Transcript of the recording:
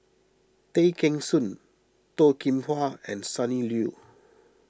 Tay Kheng Soon Toh Kim Hwa and Sonny Liew